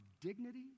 dignity